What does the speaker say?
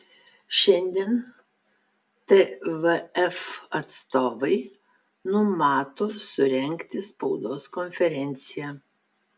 šiandien tvf atstovai numato surengti spaudos konferenciją